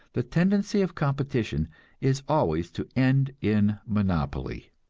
the tendency of competition is always to end in monopoly.